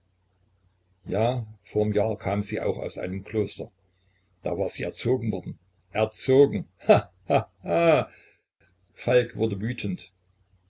ja vorm jahr kam sie auch aus einem kloster da war sie erzogen worden erzogen ha ha ha falk wurde wütend